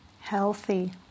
healthy